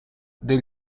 del